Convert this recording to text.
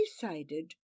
decided